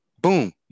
Boom